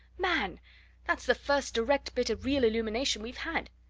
man that's the first direct bit of real illumination we've had!